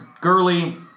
Gurley